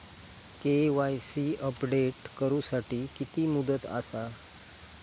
KYC update करू साठी किती मुदत आसा?